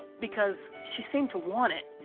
because she seemed to want it.